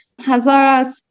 Hazaras